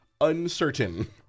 uncertain